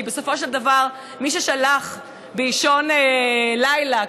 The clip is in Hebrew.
כי בסופו של דבר מי ששלח באישון לילה,